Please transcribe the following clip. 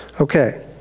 Okay